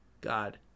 god